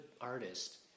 artist